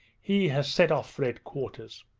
he has set off for headquarters